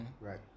Right